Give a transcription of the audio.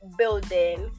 building